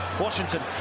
Washington